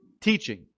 teaching